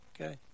Okay